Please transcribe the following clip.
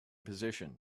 position